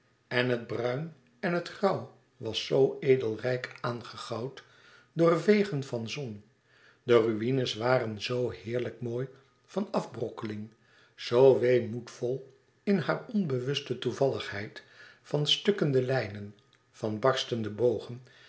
en het bruin en het grauw was zoo edel rijk aangegoud door vegen van zon de ruïnes waren zoo heerlijk mooi van afbrokkeling zoo weemoedvol in hare onbewuste toevalligheid van stukkende lijnen van barstende bogen